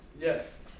Yes